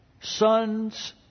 sons